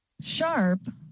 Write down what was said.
Sharp